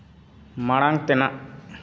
ᱢᱟᱲᱟᱝ ᱛᱮᱱᱟᱜ